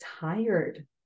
tired